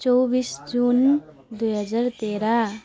चौबिस जुन दुई हजार तेह्र